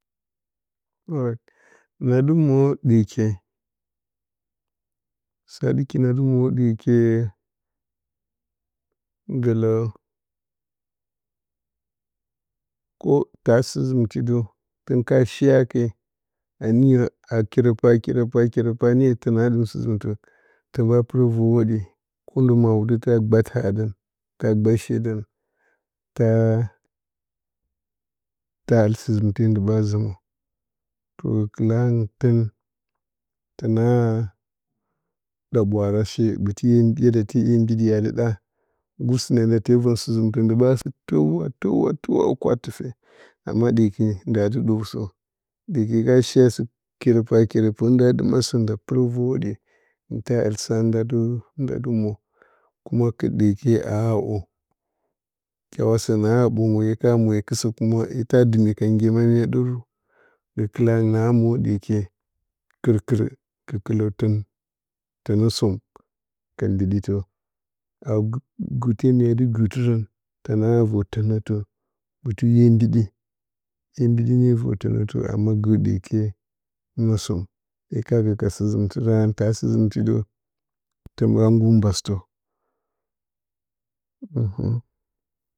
Na dɨ mo ɗyeke sa ɗiki na dɨ mo ɗyeke gələ koh ta sɨ zɨmtidə tə kana shi hake a niyə a kerəpa a kerəpə a kerəpə a niyə təna ɗɨm sɨ zɨmtə tən ɓa pɨrə vər hwoɗe ndo ma a wudə ta gbat ha ɗan ta gbat she dan ta ɨl sɨ zɨmte ndɨ ɓa zɨmə gəkələ angɨn tənawea ɗa ɓwaara she ɓə dɨ te ye mbiɗe a dɨ ɗa goosəne na te vən sɨ zɨmtə ndɨ ɓa sɨ shi a təwu a təwu a təwu a kwatɨfe amma ɗeleke nda dɨ ɗəw sə ɗeeke ka shi a sɨ kerəpa a keraturunpə hɨn nda ɗɨm asə nda pɨrə vər hwoɗe ndɨ ta ɨl sa nda dɨ da dɨ mo kuma kɨt ɗeeke a we oo kyawa son awe ɓəngə hye ka dɨ mo hye ye kɨsə kuma hye a ta kan ge nya ɗarya gəkəla angɨn na moɗ ɗeeke kɨr kɨr gəkələ tətə nə som ka mbiɗitə a a gɨrta mya dɨ gɨr tərən təna we vər tənətə ɓədɨ ye mbiɗe hye mbiɗi ne vər tənətə amma gɨr ɗyeke na som ye ka na ka sɨ zɨmtə darən, ta sɨ zɨ m ti də tən ɓa nggur mbastə, ta sɨ zɨm ti də tən ɓa nggur mbastə hmhm!.